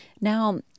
Now